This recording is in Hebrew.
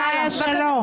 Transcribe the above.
הצבעה לא אושרו.